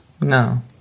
No